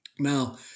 Now